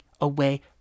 away